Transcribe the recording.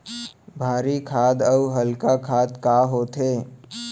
भारी खाद अऊ हल्का खाद का होथे?